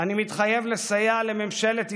אני מתחייב לסייע לממשלת ישראל,